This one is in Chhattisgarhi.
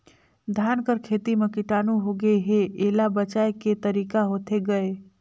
धान कर खेती म कीटाणु होगे हे एला बचाय के तरीका होथे गए?